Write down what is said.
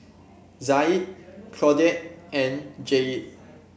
Zaid Claudette and Jaye